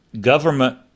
government